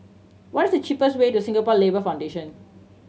what is the cheapest way to Singapore Labour Foundation